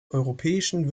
europäischen